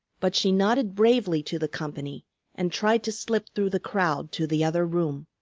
but she nodded bravely to the company and tried to slip through the crowd to the other room.